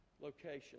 location